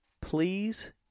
please